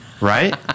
Right